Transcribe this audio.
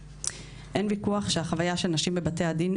אין ויכוח שהחוויה של נשים בבתי הדין,